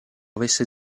avesse